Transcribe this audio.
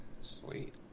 Sweet